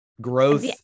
growth